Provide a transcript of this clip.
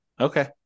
Okay